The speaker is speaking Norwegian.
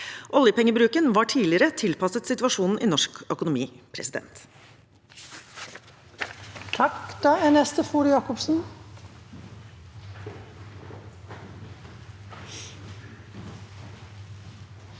Oljepengebruken var tidligere tilpasset situasjonen i norsk økonomi.